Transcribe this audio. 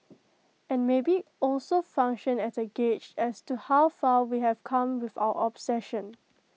and maybe also function as A gauge as to how far we have come with our obsession